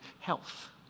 health